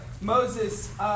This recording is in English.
Moses